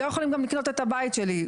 הם לא יכולים גם לקנות את הבית שלי.